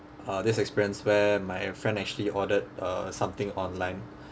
uh this experience where my friend actually ordered uh something online